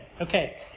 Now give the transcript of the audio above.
Okay